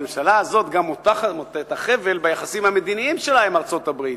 הממשלה הזאת גם מותחת את החבל ביחסים המדיניים שלה עם ארצות-הברית,